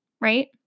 right